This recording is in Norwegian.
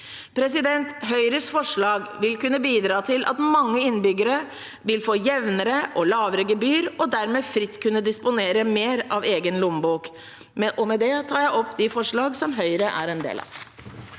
forhold. Høyres forslag vil kunne bidra til at mange innbyggere vil få jevnere og lavere gebyr, og dermed fritt kunne disponere mer av egen lommebok. Med det tar jeg opp forslagene Høyre er med på.